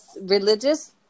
religious